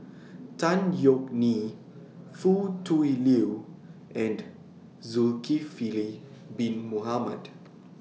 Tan Yeok Nee Foo Tui Liew and Zulkifli Bin Mohamed